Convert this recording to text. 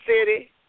City